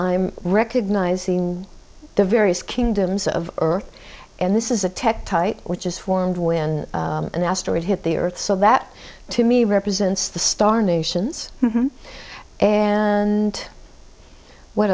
i'm recognising the various kingdoms of earth and this is a tech tight which is formed when an asteroid hit the earth so that to me represents the star nations and what